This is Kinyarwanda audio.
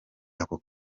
ako